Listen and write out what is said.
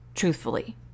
truthfully